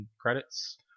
credits